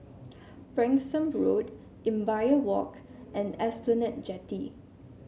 Branksome Road Imbiah Walk and Esplanade Jetty